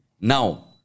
Now